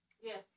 Yes